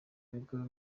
bigo